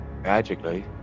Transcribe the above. magically